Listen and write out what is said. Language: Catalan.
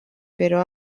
però